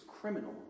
criminal